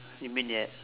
you mean yet